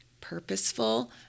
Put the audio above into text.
purposeful